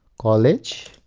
college